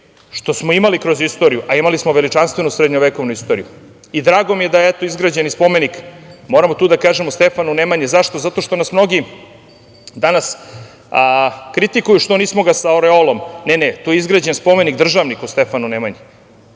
što smo imali kroz istoriju, a imali smo veličanstvenu srednjovekovnu istoriju. Drago mi je da je, eto, izgrađen i spomenik, moramo to da kažemo, Stefanu Nemanji. Zašto? Zato što nas mnogi danas kritikuju što ga nismo sa oreolom. Ne, ne, tu je izgrađen spomenik državniku Stefanu Nemanji,